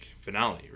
finale